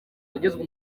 yagizwe